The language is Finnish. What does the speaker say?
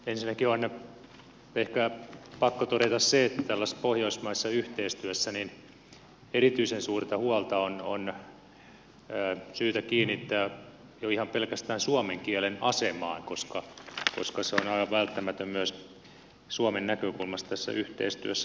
ensinnäkin on ehkä pakko todeta se että tällaisessa pohjoismaisessa yhteistyössä erityisen suurta huolta on syytä kiinnittää jo ihan pelkästään suomen kielen asemaan koska myös se on aivan välttämätön suomen näkökulmasta tässä yhteistyössä